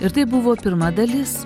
ir tai buvo pirma dalis